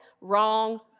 Wrong